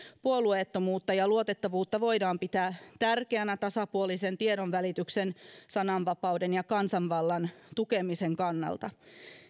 puolueettomuutta ja luotettavuutta voidaan pitää tärkeänä tasapuolisen tiedonvälityksen sananvapauden ja kansanvallan tukemisen kannalta